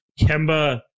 Kemba